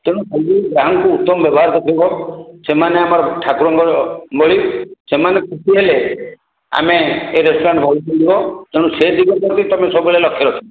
ତେଣୁ ସବୁବେଳେ ଗ୍ରାହକଙ୍କୁ ଉତ୍ତମ ବ୍ୟବହାର ଦେଖାଇବ ସେମାନେ ଠାକୁରଙ୍କ ଭଳି ସେମାନେ ଖୁସିହେଲେ ଆମେ ଏ ରେଷ୍ଟୁରାଣ୍ଟ୍ ଭଲ ଚାଲିବ ତେଣୁ ସେ ଦିଗ ପ୍ରତି ତୁମେ ସବୁବେଳେ ଲକ୍ଷ୍ୟ ରଖିବ